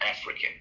african